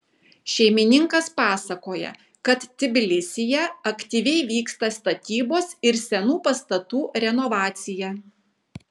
šeimininkas pasakoja kad tbilisyje aktyviai vyksta statybos ir senų pastatų renovacija